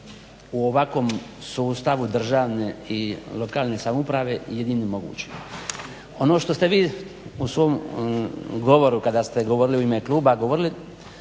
u ovakvom sustavu državne i lokalne samouprave jedini moguć. Ono što ste vi u svom govoru kada ste govorili u ime kluba